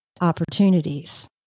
opportunities